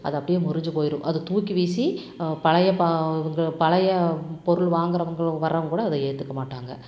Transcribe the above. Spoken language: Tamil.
அது அப்படியே முறிஞ்சு போயிடும் அதை தூக்கி வீசி பழைய பா பழைய பொருள் வாங்கிறவங்களும் வர்றவங்க கூட அத ஏற்றுக்க மாட்டாங்கள்